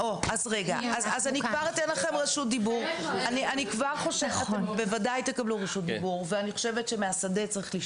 אני גם תכף אתן לכם את רשות הדיבור ואני חושבת שצריך לשמוע מהשדה.